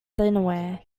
dinnerware